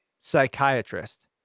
psychiatrist